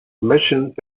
missions